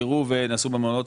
נזכרו ונעשו במעונות.